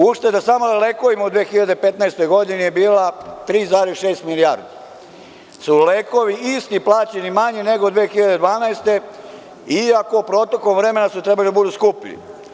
Ušteda samo na lekovima u 2015. godini je bila 3,6 milijardi, ti su lekovi isti plaćeni manje nego 2012. godine, iako protokom vremena su trebali da budu skuplji.